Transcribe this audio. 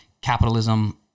capitalism